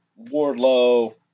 Wardlow